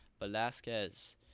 Velasquez